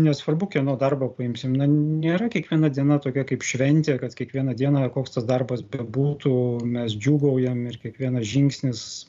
nesvarbu kieno darbą paimsim nėra kiekviena diena tokia kaip šventė kad kiekvieną dieną koks tas darbas bebūtų mes džiūgaujam ir kiekvienas žingsnis